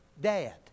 dad